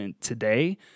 today